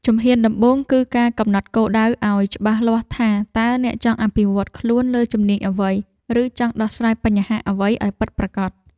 ជំហានដំបូង គឺការកំណត់គោលដៅឱ្យបានច្បាស់លាស់ថា តើអ្នកចង់អភិវឌ្ឍខ្លួនលើជំនាញអ្វី ឬចង់ដោះស្រាយបញ្ហាអ្វីឱ្យពិតប្រាកដ។